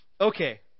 Okay